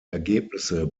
ergebnisse